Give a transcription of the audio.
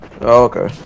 Okay